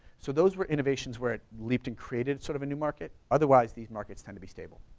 so those were innovations where it leaped and created sort of a new market. otherwise these markets tend to be stable.